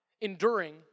enduring